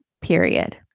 Period